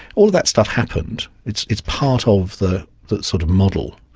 all that stuff happened, it's it's part of the the sort of model.